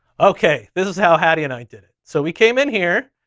okay, this is how hattie and i did it. so we came in here,